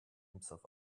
himself